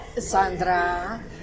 Sandra